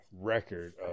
record